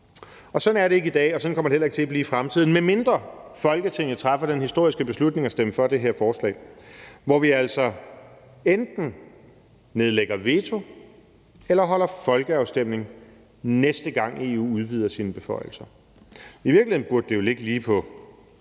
EU. Sådan er det ikke i dag, og sådan kommer det heller ikke til at blive i fremtiden, medmindre Folketinget træffer den historiske beslutning at stemme for det her forslag, hvor vi altså enten nedlægger veto eller holder folkeafstemning, næste gang EU udvider sine beføjelser. I virkeligheden burde det jo ligge lige på